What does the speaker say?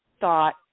thought